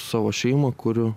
savo šeimą kuriu